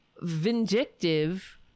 vindictive